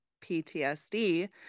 PTSD